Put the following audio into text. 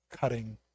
cutting